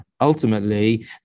ultimately